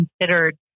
considered